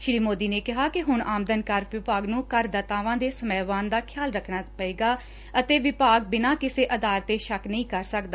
ਸ੍ਰੀ ਮੋਦੀ ਨੇ ਕਿਹਾ ਕਿ ਹੁਣ ਆਮਦਨ ਕਰ ਵਿਭਾਗ ਨੂੰ ਕਰਦਾਤਾਵਾਂ ਦੇ ਸਵੈਮਾਣ ਦਾ ਖਿਆਲ ਰੱਖਣਾ ਪਏਗਾ ਅਤੇ ਵਿਭਾਗ ਬਿਨਾਂ ਕਿਸੇ ਆਧਾਰ ਤੇ ਸ਼ੱਕ ਨਹੀਂ ਕਰ ਸਕਦਾ